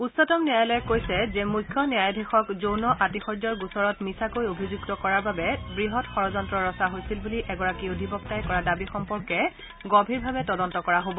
উচ্চতম ন্যায়ালয়ে কৈছে যে মুখ্য ন্যায়াধীশক যৌন আতিশয্যৰ গোচৰত মিছাকৈ অভিযুক্ত কৰাৰ বাবে বৃহৎ ষড়্যন্ত্ৰ ৰচা হৈছিল বুলি এগৰাকী অধিবক্তাই কৰা দাবী সম্পৰ্কে গভীৰভাৱে তদন্ত কৰা হ'ব